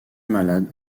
malade